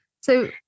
So-